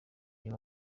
uyu